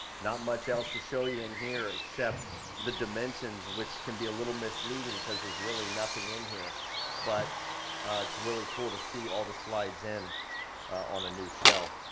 not much else to show you in here except the dimensions which can be a little misleading, cause there's really nothing in here but it's really cool to see all the slides in on a new shell.